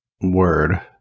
word